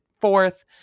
fourth